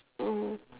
mm